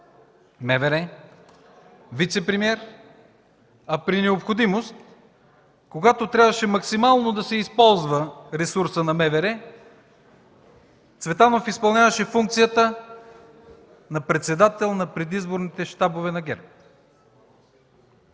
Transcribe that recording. и вицепремиер, а при необходимост, когато трябваше максимално да се използва ресурса на МВР, Цветанов изпълняваше функцията и на председател на предизборните щабове на ГЕРБ.